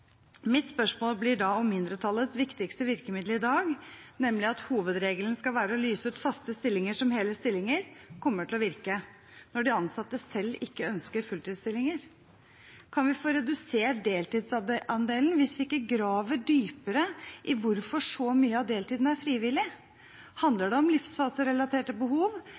Mitt spørsmål blir da om mindretallets viktigste virkemiddel i dag, nemlig at hovedregelen skal være å lyse ut faste stillinger som hele stillinger, kommer til å virke når de ansatte selv ikke ønsker fulltidsstillinger? Kan vi få redusert deltidsandelen hvis vi ikke graver dypere i hvorfor så mye av deltiden er frivillig? Handler det om livsfaserelaterte behov,